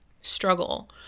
struggle